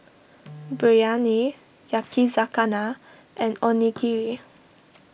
Biryani Yakizakana and Onigiri